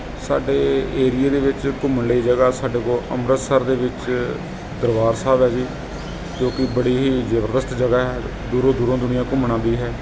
ਸਾਡੇ ਏਰੀਏ ਦੇ ਵਿੱਚ ਘੁੰਮਣ ਲਈ ਜਗ੍ਹਾ ਸਾਡੇ ਕੋਲ ਅੰਮ੍ਰਿਤਸਰ ਦੇ ਵਿੱਚ ਦਰਬਾਰ ਸਾਹਿਬ ਹੈ ਜੀ ਜੋ ਕਿ ਬੜੀ ਹੀ ਜਬਰਦਸਤ ਜਗ੍ਹਾ ਦੂਰੋਂ ਦੂਰੋਂ ਦੁਨੀਆ ਘੁੰਮਣ ਆਉਂਦੀ ਹੈ